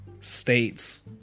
states